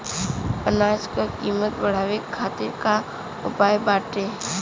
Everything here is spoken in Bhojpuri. अनाज क कीमत बढ़ावे खातिर का उपाय बाटे?